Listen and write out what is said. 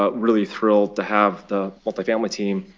ah really thrilled to have the multifamily team,